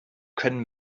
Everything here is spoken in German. können